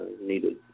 needed